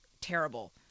terrible